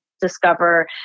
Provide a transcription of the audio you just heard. discover